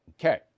Okay